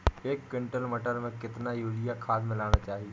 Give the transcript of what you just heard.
एक कुंटल मटर में कितना यूरिया खाद मिलाना चाहिए?